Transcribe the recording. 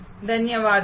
ಧನ್ಯವಾದಗಳು